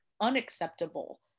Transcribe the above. unacceptable